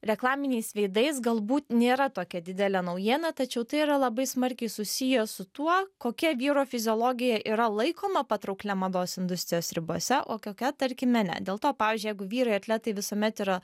reklaminiais veidais galbūt nėra tokia didelė naujiena tačiau tai yra labai smarkiai susiję su tuo kokia vyro fiziologija yra laikoma patrauklia mados industrijos ribose o kokia tarkime ne dėl to pavyzdžiui jeigu vyrai atletai visuomet yra